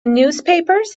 newspapers